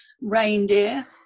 reindeer